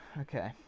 Okay